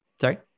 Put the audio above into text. Sorry